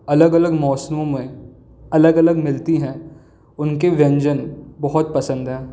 अलग अलग मौसमों में अलग अलग मिलती हैं उनके व्यंजन बहुत पसंद हैं